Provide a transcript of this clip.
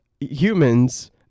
humans